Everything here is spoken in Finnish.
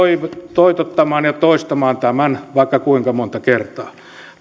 toitottamaan ja toistamaan tämän vaikka kuinka monta kertaa